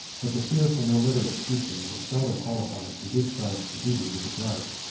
but the fierce and illiterate chieftain was seldom qualified to discharge the duties of a judge,